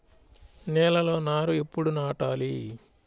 నేలలో నారు ఎప్పుడు నాటాలి?